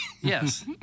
Yes